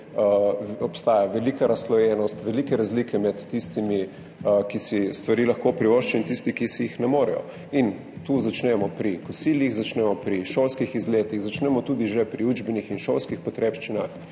obstaja velika razslojenost, velike razlike med tistimi, ki si stvari lahko privoščijo, in tistimi, ki si jih ne morejo. Tu začnemo pri kosilih, začnemo pri šolskih izletih, začnemo tudi že pri učbenikih in šolskih potrebščinah